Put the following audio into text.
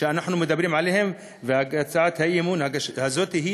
שאנחנו מדברים עליהם, והצעת האי-אמון הזאת היא